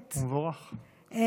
ומבורך.